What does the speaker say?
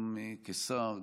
גם כשר,